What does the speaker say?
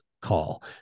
call